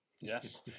Yes